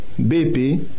BP